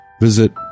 visit